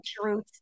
truth